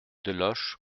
deloche